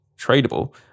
tradable